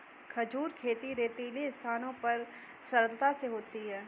खजूर खेती रेतीली स्थानों पर सरलता से होती है